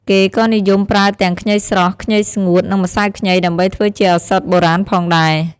គេក៏និយមប្រើទាំងខ្ញីស្រស់ ខ្ញីស្ងួត និងម្សៅខ្ញីដើម្បីធ្វើជាឱសថបុរាណផងដែរ។